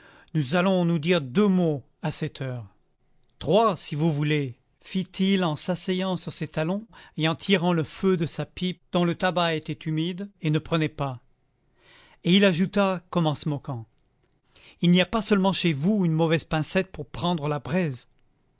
nous allons nous dire deux mots à cette heure trois si vous voulez fit-il en s'asseyant sur ses talons et en tirant le feu de sa pipe dont le tabac était humide et ne prenait pas et il ajouta comme en se moquant il n'y a pas seulement chez vous une mauvaise pincette pour prendre la braise